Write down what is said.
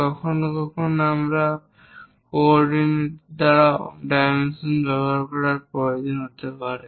কখনও কখনও আমাদের কোঅরডিনেট দ্বারাও ডাইমেনশন ব্যবহার করার প্রয়োজন হতে পারে